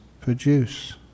produce